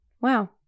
Wow